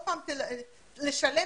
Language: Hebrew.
לך ללמוד עוד פעם ואיך תשלם?